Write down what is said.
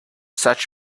such